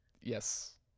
Yes